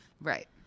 right